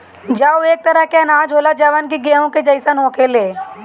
जौ एक तरह के अनाज होला जवन कि गेंहू के जइसन होखेला